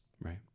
Right